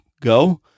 go